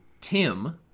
Tim